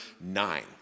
nine